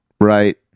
Right